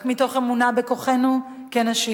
רק מתוך אמונה בכוחנו כנשים,